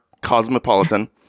Cosmopolitan